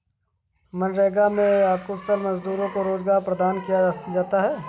मनरेगा में अकुशल मजदूरों को रोजगार प्रदान किया जाता है